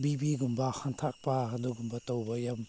B ꯄꯤꯒꯨꯝꯕ ꯍꯟꯊꯔꯛꯄ ꯑꯗꯨꯒꯨꯝꯕ ꯇꯧꯕ ꯌꯥꯝ